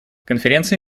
конференции